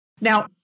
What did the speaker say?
Now